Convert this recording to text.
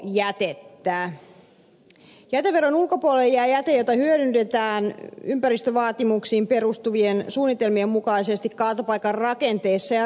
jäteveron ulkopuolelle jää jäte jota hyödynnetään ympäristövaatimuksiin perustuvien suunnitelmien mukaisesti kaatopaikan rakenteessa ja rakennelmissa